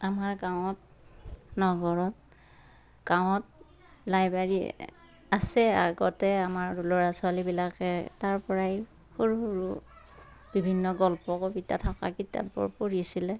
আমাৰ গাঁৱত নগৰত গাঁৱত লাইব্ৰেৰী আছে আগতে আমাৰ ল'ৰা ছোৱালীবিলাকে তাৰপৰাই সৰু সৰু বিভিন্ন গল্প কবিতা থকা কিতাপবোৰ পঢ়িছিলে